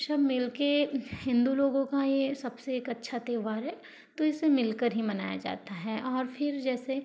सब मिलके हिंदू लोगों का ये सबसे एक अच्छा त्यौहार है तो इसे मिलकर ही मनाया जाता है और फिर जैसे